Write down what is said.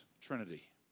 trinity